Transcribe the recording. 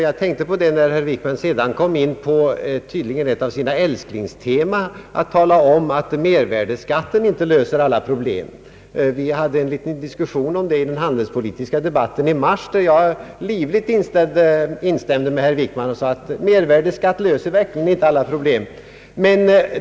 Jag tänkte på det när herr Wickman sedan kom in på ett av sina älsklingsteman, att tala om att mervärdeskatten inte löser alla problem. Vi hade en diskussion om detta i den handelspolitiska debatten i mars, där jag livligt instämde med herr Wickman om att medvärdeskatten verkligen inte löser alla problem.